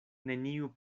neniu